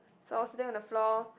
so I was sitting on the floor